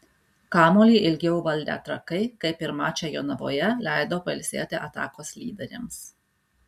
kamuolį ilgiau valdę trakai kaip ir mače jonavoje leido pailsėti atakos lyderiams